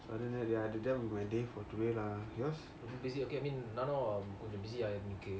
so other than that that will be my day for today lah yours